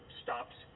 stops